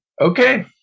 okay